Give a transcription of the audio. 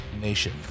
nation